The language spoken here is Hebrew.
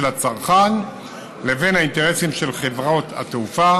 הצרכן לבין האינטרסים של חברות התעופה,